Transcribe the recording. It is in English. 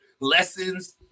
lessons